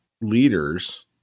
leaders